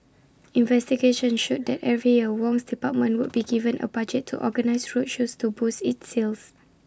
investigation showed that every year Wong's department would be given A budget to organise road shows to boost its sales